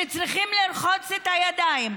שצריכים לרחוץ את הידיים,